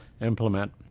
implement